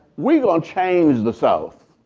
we going to change the south.